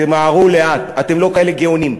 תמהרו לאט, אתם לא כאלה גאונים.